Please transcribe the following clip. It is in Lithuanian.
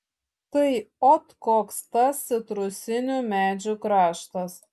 tai ot koks tas citrusinių medžių kraštas